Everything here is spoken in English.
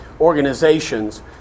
organizations